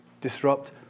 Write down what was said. disrupt